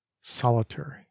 solitary